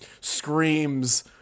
screams